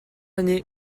année